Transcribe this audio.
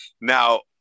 Now